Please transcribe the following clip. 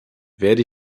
werde